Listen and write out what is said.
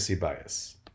bias